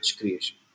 creation